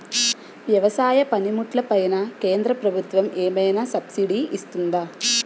వ్యవసాయ పనిముట్లు పైన కేంద్రప్రభుత్వం ఏమైనా సబ్సిడీ ఇస్తుందా?